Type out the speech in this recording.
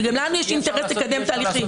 וגם לנו יש אינטרס לקדם תהליכים.